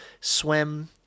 swim